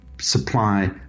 Supply